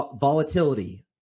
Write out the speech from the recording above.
volatility